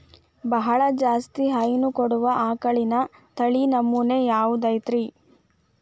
ಬಹಳ ಜಾಸ್ತಿ ಹೈನು ಕೊಡುವ ಆಕಳಿನ ತಳಿ ನಮೂನೆ ಯಾವ್ದ ಐತ್ರಿ?